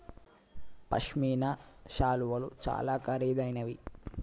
పశ్మిన శాలువాలు చాలా ఖరీదైనవి